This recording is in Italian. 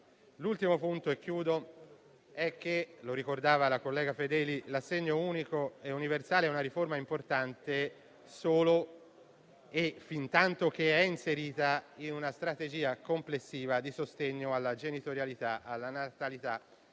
L'ultimo punto - e chiudo - è che, come ricordava la collega Fedeli, l'assegno unico e universale rappresenta una riforma importante solo e fintanto che è inserita in una strategia complessiva di sostegno alla genitorialità, alla natalità